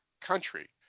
Country